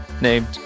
named